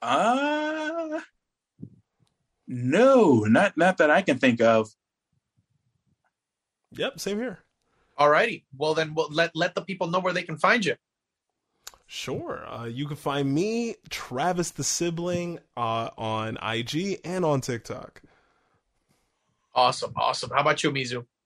Uh, no, not- not that I can think of. Yep, same here. Alrighty, well then we'll let- let the people know where they can find you. Sure, uh, you can find me, Travis the Sibling, uh, on IG and on TikTok. Awesome, awesome. How about you, Mizu?